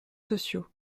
sociaux